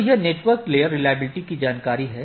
तो यह network layer reachability की जानकारी है